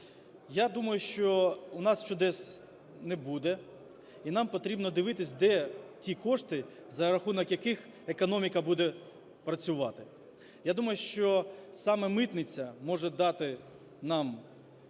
Я думаю, що у нас чудес не буде, і нам потрібно дивитись, де ті кошти, за рахунок яких економіка буде працювати. Я думаю, що саме митниця може дати